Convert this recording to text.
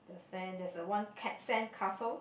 sand there's a one cap sandcastle